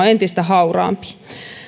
entistä hauraampi